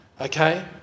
Okay